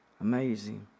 Amazing